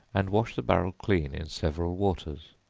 and wash the barrel clean in several waters